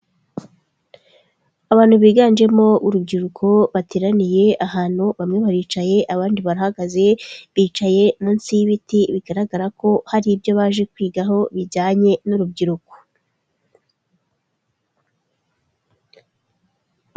Abantu biganjemo urubyiruko bateraniye ahantu bamwe baricaye abandi bahagaze bicaye munsi y'ibiti bigaragara ko hari ibyo baje kwigaho bijyanye n'urubyiruko.